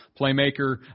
playmaker